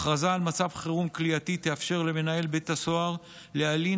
הכרזה על מצב חירום כליאתי תאפשר למנהל בית הסוהר להלין